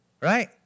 right